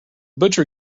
butcher